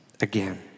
again